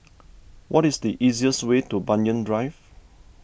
what is the easiest way to Banyan Drive